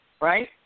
right